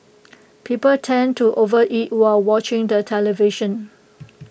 people tend to overeat while watching the television